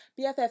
bff